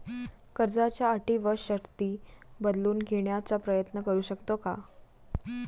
कर्जाच्या अटी व शर्ती बदलून घेण्याचा प्रयत्न करू शकतो का?